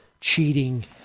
cheating